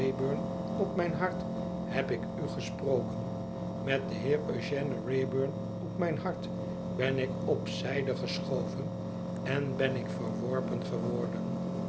op mijn hart heb ik u gesproken met den heer eugène wraybum op mijn hart ben ik op zijde geschoven en ben ik verworpen geworden